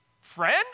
friend